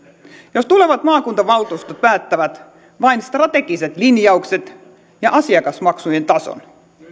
jos tulevat maakuntavaltuustot päättävät vain strategiset linjaukset ja asiakasmaksujen tason